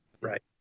Right